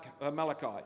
Malachi